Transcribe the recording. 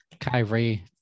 Kyrie